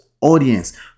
audience